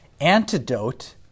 antidote